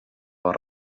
les